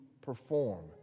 perform